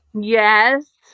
Yes